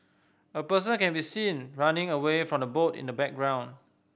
a person can be seen running away from the boat in the background